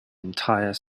entire